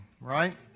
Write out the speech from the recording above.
right